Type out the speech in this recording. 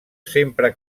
sempre